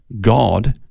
God